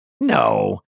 No